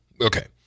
Okay